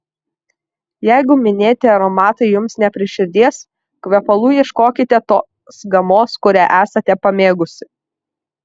jeigu minėti aromatai jums ne prie širdies kvepalų ieškokite tos gamos kurią esate pamėgusi